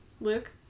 Luke